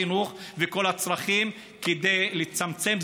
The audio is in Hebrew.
חינוך וכל הצרכים כדי לצמצם,